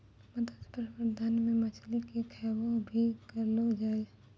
मत्स्य प्रबंधन मे मछली के खैबो भी करलो जाय